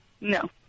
No